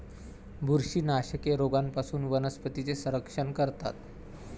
बुरशीनाशके रोगांपासून वनस्पतींचे संरक्षण करतात